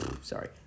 Sorry